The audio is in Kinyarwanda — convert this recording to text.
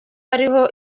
ariho